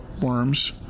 worms